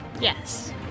Yes